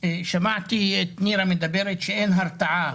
שמעתי את נירה מדברת שאין הרתעה.